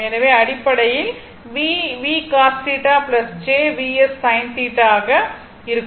எனவே அடிப்படையில் v Vv cos θ j Vs in θs ஆக என இருக்கும்